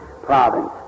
province